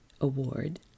Award